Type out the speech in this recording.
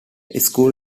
school